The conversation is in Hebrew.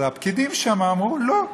אז הפקידים שם אמרו: לא.